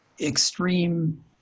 extreme